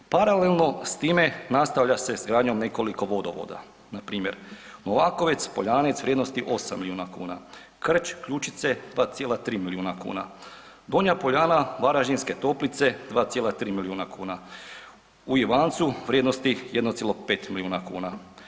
Paralelno s time nastavlja se s izgradnjom nekoliko vodovoda npr. Novakovec-Poljanec vrijednosti 8 miliona kuna, Krč-Ključice 2,3 miliona kuna, Donja Poljana-Varaždinske Toplice 2,3 miliona kuna, u Ivancu vrijednosti 1,5 miliona kuna.